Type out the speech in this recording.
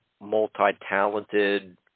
multi-talented